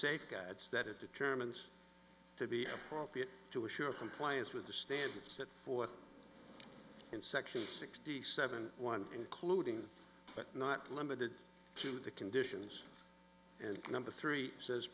safeguards that it determines to be appropriate to assure compliance with the standards that forth in section sixty seven one including but not limited to the conditions and number three says